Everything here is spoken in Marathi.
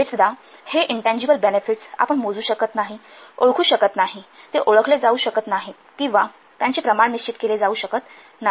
बरेचदा हे इनटँजिबल बेनेफिट्स आपण मोजू शकत नाही ओळखू शकत नाही ते ओळखले जाऊ शकत नाहीत किंवा त्यांचे प्रमाण निश्चित केले जाऊ शकत नाही